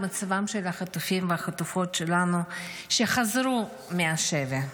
מצבם של החטופים והחטופות שלנו שחזרו מהשבי.